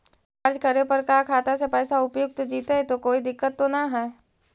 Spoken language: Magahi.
रीचार्ज करे पर का खाता से पैसा उपयुक्त जितै तो कोई दिक्कत तो ना है?